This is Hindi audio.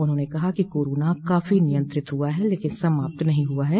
उन्होंने कहा कि कोरोना काफी नियंत्रित हुआ है लकिन समाप्त नहीं हुआ है